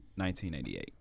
1988